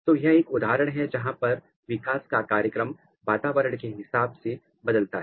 तो यह एक उदाहरण है जहां पर विकास का कार्यक्रम वातावरण के हिसाब से बदलता है